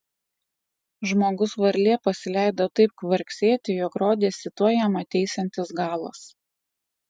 žmogus varlė pasileido taip kvarksėti jog rodėsi tuoj jam ateisiantis galas